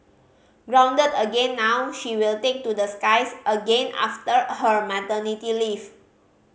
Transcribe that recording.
grounded again now she will take to the skies again after her maternity leave